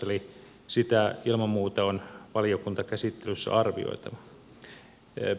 eli sitä ilman muuta on valiokuntakäsittelyssä arvioitava